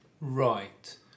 Right